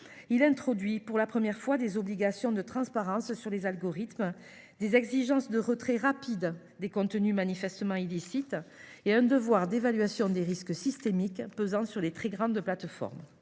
a introduit des obligations de transparence sur les algorithmes, des exigences de retrait rapide des contenus manifestement illicites, ainsi qu’un devoir d’évaluation des risques systémiques pesant sur les très grandes plateformes.